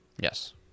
Yes